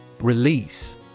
Release